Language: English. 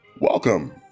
Welcome